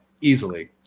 easily